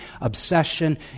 obsession